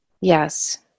Yes